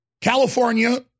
California